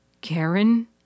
Karen